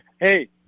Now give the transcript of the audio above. hey